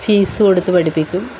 fees കൊടുത്ത് പഠിപ്പിക്കും